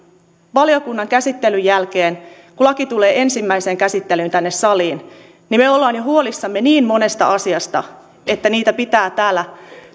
valiokunnan käsittelyn jälkeen laki tulee ensimmäiseen käsittelyyn tänne saliin olisi jo huolissamme niin monesta asiasta että niitä pitää täällä